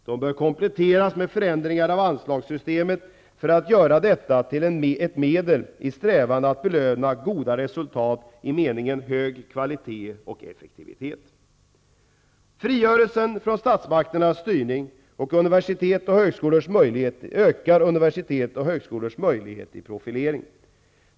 De bör kompletteras med förändringar av anslagssystemet för att göra detta till ett medel i strävan att belöna goda resultat i meningen hög kvalitet och effektivitet. Frigörelsen från statsmakternas styrning ökar universitets och högskolors möjlighet till profilering.